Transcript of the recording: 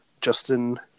Justin